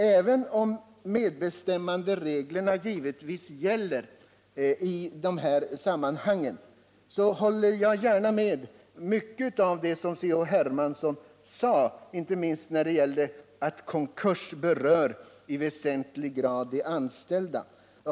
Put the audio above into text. Även om medbestämmandereglerna givetvis gäller i dessa sammanhang, instämmer jag i mycket av det som C.-H. Hermansson sade, inte minst när det gällde att konkurs i väsentlig grad berör de anställda.